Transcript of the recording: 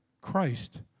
Christ